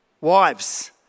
Wives